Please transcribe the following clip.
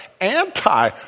anti